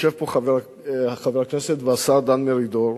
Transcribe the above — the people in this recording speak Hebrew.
יושב פה חבר הכנסת והשר דן מרידור,